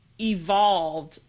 evolved